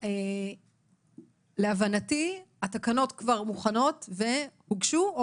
להבנתי התקנות כבר מוכנות והוגשו או